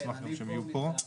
נשמח גם שהם יהיו פה.